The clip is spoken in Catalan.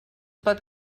pot